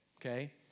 okay